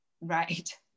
Right